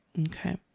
okay